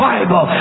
Bible